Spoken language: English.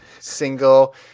single